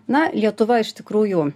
na lietuva iš tikrųjų